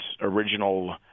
original